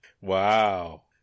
Wow